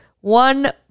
one